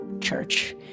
church